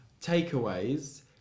takeaways